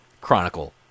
Chronicle